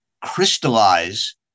crystallize